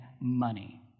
money